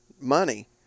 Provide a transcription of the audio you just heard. money